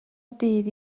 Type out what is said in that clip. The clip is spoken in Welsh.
ddydd